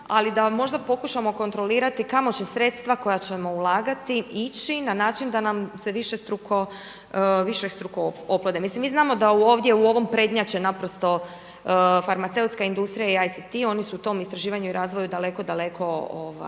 ali da možda pokušamo kontrolirati kamo će sredstva koja ćemo ulagati ići na način da nam se višestruko oplode. Mislim mi znamo da ovdje u ovom prednjače naprosto farmaceutska industrija i ICT. Oni su tom istraživanju i razvoju daleko, daleko